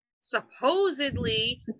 supposedly